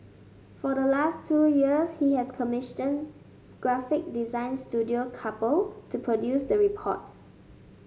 for the last two years he has commission graphic design Studio Couple to produce the reports